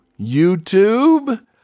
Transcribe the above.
YouTube